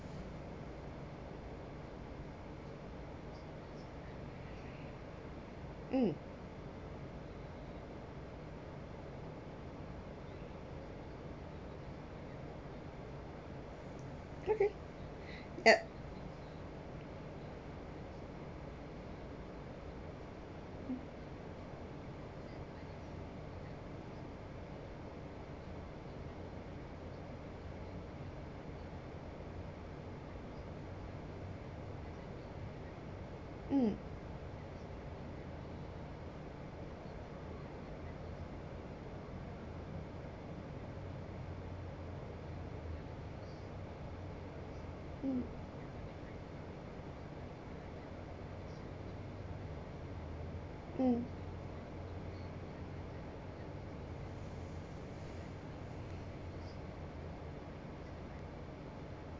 hmm okay yup hmm